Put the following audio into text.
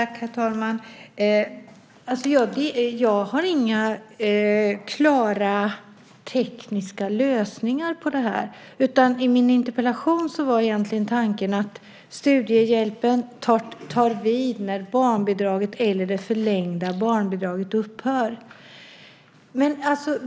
Herr talman! Jag har inga tekniska lösningar på detta. I min interpellation var tanken att studiehjälpen ska ta vid när barnbidraget eller det förlängda barnbidraget upphör.